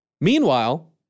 Meanwhile